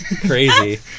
crazy